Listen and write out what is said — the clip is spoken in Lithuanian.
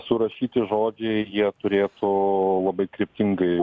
surašyti žodžiai jie turėtų labai kryptingai